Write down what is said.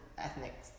ethnic